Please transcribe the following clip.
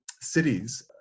cities